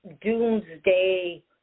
doomsday